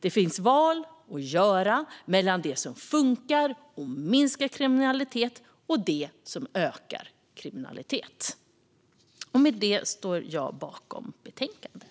Det finns val att göra mellan det som funkar och minskar kriminalitet och det som ökar kriminalitet. Jag står bakom utskottets förslag i betänkandet.